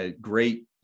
great